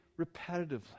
repetitively